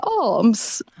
arms